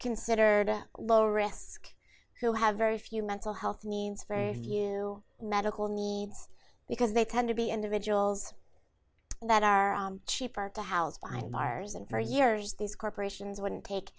considered low risk who have very few mental health needs very few medical needs because they tend to be individuals that are cheaper to house behind bars and for years these corporations wouldn't take